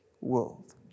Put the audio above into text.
world